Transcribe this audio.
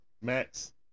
Max